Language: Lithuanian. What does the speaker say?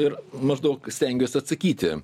ir maždaug stengiuos atsakyti